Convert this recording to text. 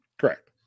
Correct